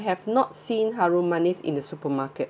have not seen harum manis in the supermarket